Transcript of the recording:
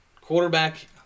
quarterback